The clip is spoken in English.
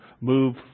move